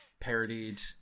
parodied